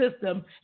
system